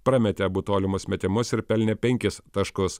prametė abu tolimus metimus ir pelnė penkis taškus